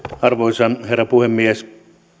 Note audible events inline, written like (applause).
(unintelligible) arvoisa herra puhemies